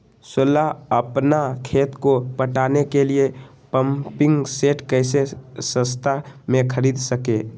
सोलह अपना खेत को पटाने के लिए पम्पिंग सेट कैसे सस्ता मे खरीद सके?